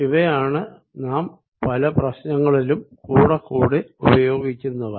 ഇവയാണ് നാം പല പ്രശ്നങ്ങളിലും കൂടെക്കൂടെ ഉപയോഗിക്കുന്നവ